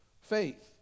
faith